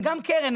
וגם קרן,